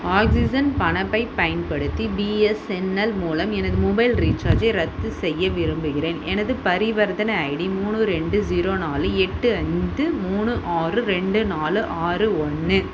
oxygen பணப்பைப் பயன்படுத்தி BSNL மூலம் எனது மொபைல் ரீசார்ஜை ரத்து செய்ய விரும்புகிறேன் எனது பரிவர்த்தனை ஐடி மூணு ரெண்டு ஸீரோ நாலு எட்டு ஐந்து மூணு ஆறு ரெண்டு நாலு ஆறு ஒன்று